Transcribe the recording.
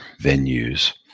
venues